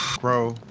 grow.